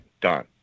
Done